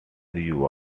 you